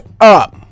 up